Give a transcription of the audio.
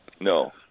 No